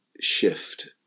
shift